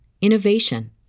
innovation